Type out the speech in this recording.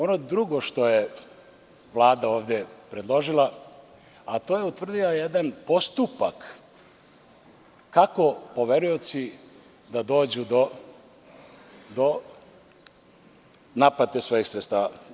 Ono drugo što je Vlada ovde predložila, a to je utvrdio jedan postupak kako poverioci da dođu do naplate svojih sredstava.